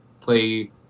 play